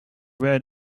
red